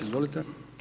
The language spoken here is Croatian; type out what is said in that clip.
Izvolite.